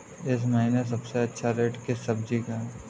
इस महीने सबसे अच्छा रेट किस सब्जी का है?